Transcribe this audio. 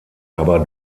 aber